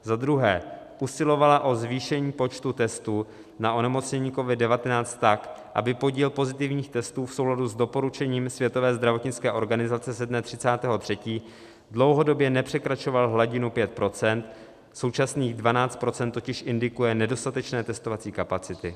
2. usilovala o zvýšení počtu testů na onemocnění COVID19 tak, aby podíl pozitivních testů v souladu s doporučením Světové zdravotnické organizace ze dne 30. 3. dlouhodobě nepřekračoval hladinu 5 % současných 12 % totiž indikuje nedostatečné testovací kapacity;